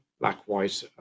black-white